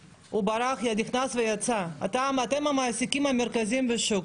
אתם המעסיקים המרכזיים בשוק,